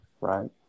right